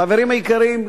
חברים יקרים,